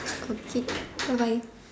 okay bye bye